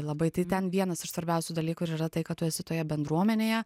labai tai ten vienas iš svarbiausių dalykų ir yra tai kad tu esi toje bendruomenėje